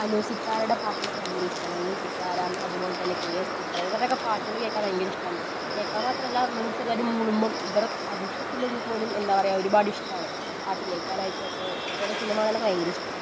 അനു സിത്താരയുടെ പാട്ടുകളൊക്കെ ഭയങ്കര ഇഷ്ടമാണ് അനു സിത്താര അതുപോലെ തന്നെ കെ എസ് ചിത്ര ഇവരുടെയൊക്കെ പാട്ടുകൾ കേൾക്കാൻ ഭയങ്കര ഇഷ്ടമാണ് കേൾക്കാൻ മാത്രമല്ല നമ്മൾ ചിലർ മൂളുമ്പം ഇവരുടെ അടുത്ത് എത്തിയില്ലെങ്കിൽ പോലും എന്താ പറയുക ഒരുപാട് ഇഷ്ടമാണ് പാട്ട് കേൾക്കാൻ ആയിക്കോട്ടെ അതുപോലെ സിനിമ കാണാൻ ഒക്കെ ഭയങ്കര ഇഷ്ടമാണ്